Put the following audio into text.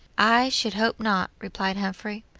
i should hope not, replied humphrey,